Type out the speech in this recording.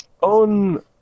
on